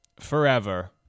Forever